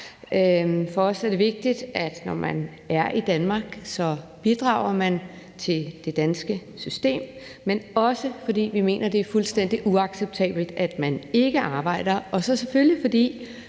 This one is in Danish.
for os er det vigtigt, at når man er i Danmark, bidrager man til det danske system. Det er også, fordi vi mener, det er fuldstændig uacceptabelt, at man ikke arbejder, og så er det selvfølgelig, fordi